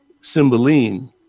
Cymbeline